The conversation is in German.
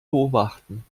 beobachten